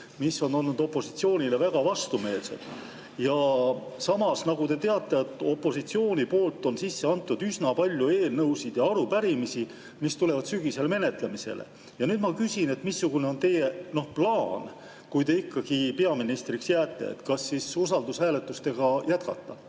mis on olnud opositsioonile väga vastumeelsed. Samas, nagu te teate, on opositsioon sisse andnud üsna palju eelnõusid ja arupärimisi, mis tulevad sügisel menetlemisele. Nüüd ma küsin: missugune on teie plaan, kui te ikkagi peaministriks jääte – kas usaldushääletustega jätkata?